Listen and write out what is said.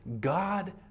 God